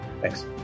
Thanks